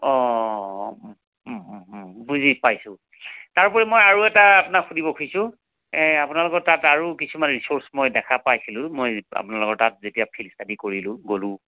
অঁ বুজি পাইছোঁ তাৰোপৰি মই আৰু এটা আপোনাক সুধিব খুজিছোঁ আপোনালকৰ তাত আৰু কিছুমান ৰিচোৰ্চ মই দেখা পাইছিলোঁ মই আপোনালোকৰ তাত যেতিয়া ফিল্ড ষ্টাদি কৰিলোঁ গ'লোঁ